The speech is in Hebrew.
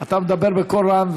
אתה מדבר בקול רם,